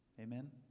amen